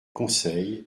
conseils